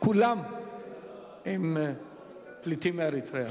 כולם פליטים מאריתריאה.